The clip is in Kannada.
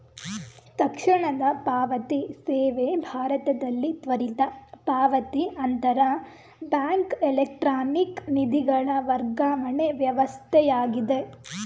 ತಕ್ಷಣದ ಪಾವತಿ ಸೇವೆ ಭಾರತದಲ್ಲಿ ತ್ವರಿತ ಪಾವತಿ ಅಂತರ ಬ್ಯಾಂಕ್ ಎಲೆಕ್ಟ್ರಾನಿಕ್ ನಿಧಿಗಳ ವರ್ಗಾವಣೆ ವ್ಯವಸ್ಥೆಯಾಗಿದೆ